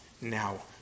now